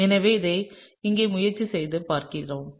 எனவே அதை இங்கே முயற்சித்துப் பார்க்கிறேன்